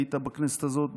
היית בכנסת הזאת,